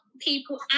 people